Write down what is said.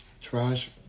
trash